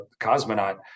cosmonaut